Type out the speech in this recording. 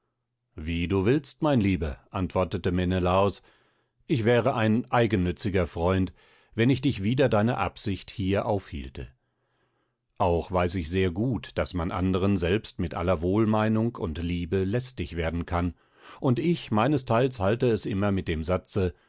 wie du willst mein lieber antwortete menelaos ich wäre ein eigennütziger freund wenn ich dich wider deine absicht hier aufhielte auch weiß ich sehr gut daß man anderen selbst mit aller wohlmeinung und liebe lästig werden kann und ich meinesteils halte es immer mit dem satze